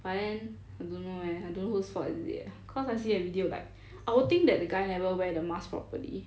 but then I don't know eh I don't know whose fault is it eh cause I see a video like I would think that the guy never wear the mask properly